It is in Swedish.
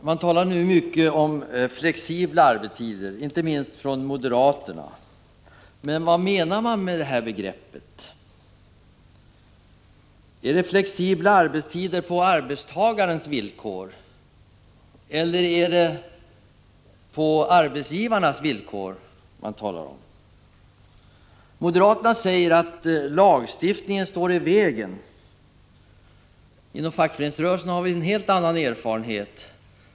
Herr talman! Man talar nu — inte minst på moderat håll — mycket om flexibla arbetstider. Men vad menar man med detta begrepp? Är det fråga om flexibla arbetstider på arbetstagarnas villkor eller på arbetsgivarnas villkor? Moderaterna säger att lagstiftningen står i vägen. Inom fackföreningsrörelsen har vi en helt annan erfarenhet.